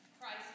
Christ